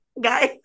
guys